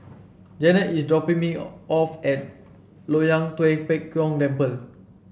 Jennette is dropping me off at Loyang Tua Pek Kong Temple